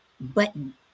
button